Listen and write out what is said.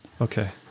Okay